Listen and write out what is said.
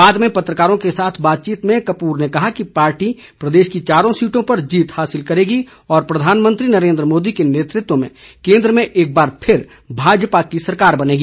बाद में पत्रकारों के साथ बातचीत में कपूर ने कहा कि पार्टी प्रदेश की चारों सीटों पर जीत हासिल करेगी और प्रधानमंत्री नरेन्द्र मोदी के नेतृत्व में केंद्र में एक बार फिर भाजपा की सरकार बनेगी